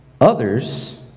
others